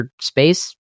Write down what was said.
space